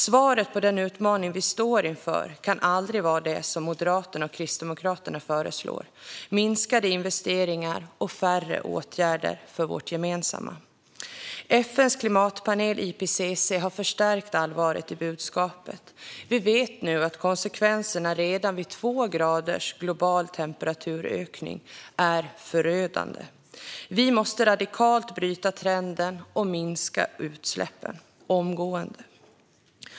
Svaret på den utmaning vi står inför kan aldrig vara det som Moderaterna och Kristdemokraterna föreslår: minskade investeringar och färre åtgärder för det gemensamma. FN:s klimatpanel IPCC har förstärkt allvaret i budskapet. Vi vet nu att konsekvenserna redan vid två graders global temperaturökning är förödande. Vi måste radikalt bryta trenden och minska utsläppen omgående.